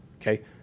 Okay